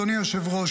אדוני היושב-ראש,